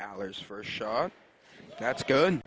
hours for a shot that's go